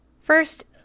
First